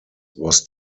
was